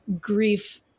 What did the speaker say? grief